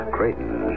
Creighton